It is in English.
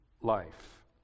life